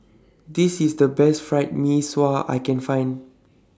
This IS The Best Fried Mee Sua I Can Find